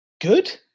good